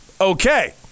Okay